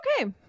okay